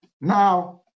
Now